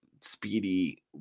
speedy